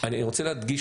אני רוצה להדגיש,